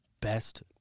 best